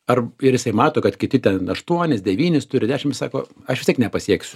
ar jisai mato kad kiti ten aštuonis devynis turi dešim jis sako aš vis tiek nepasieksiu